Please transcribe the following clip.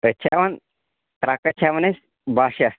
أسۍ چھِ ہٮ۪وان ترٛکَس چھِ ہٮ۪وان أسۍ بَہہ شَتھ